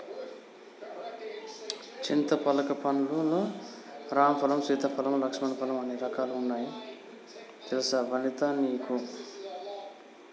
చింతపలక పండ్లు లల్లో రామ ఫలం, సీతా ఫలం, లక్ష్మణ ఫలం అనే రకాలు వున్నాయి తెలుసా వనితా నీకు